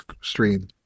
stream